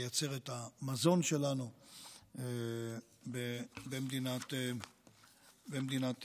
לייצר את המזון שלנו במדינת ישראל.